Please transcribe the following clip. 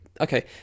okay